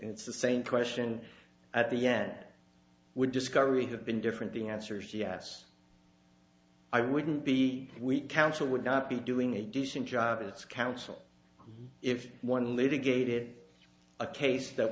it's the same question at the end that would discovery have been different the answer is yes i wouldn't be we counsel would not be doing a decent job it's counsel if one litigated a case that